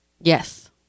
Yes